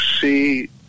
see